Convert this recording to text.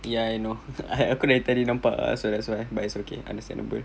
ya I know aku dari tadi nampak ah so that's why but it's okay understandable